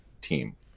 team